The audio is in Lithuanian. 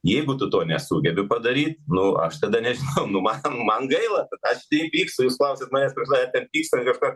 jeigu tu to nesugebi padaryt nu aš tada nežinau nu man man gaila bet aš tai vyksta jūs klausiat manęs ta prasme ten pyksta ir kažką